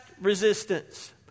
resistance